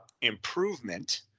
improvement